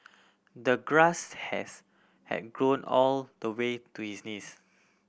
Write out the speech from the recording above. the grass has had grown all the way to his knees